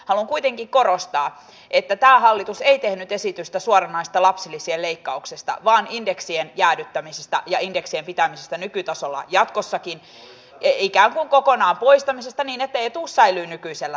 haluan kuitenkin korostaa että tämä hallitus ei tehnyt esitystä suoranaisesta lapsilisien leikkauksesta vaan indeksien jäädyttämisestä ja indeksien pitämisestä nykytasolla jatkossakin ikään kuin kokonaan poistamisesta niin että etuus säilyy nykyisellä tasolla